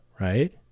right